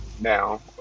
now